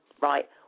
right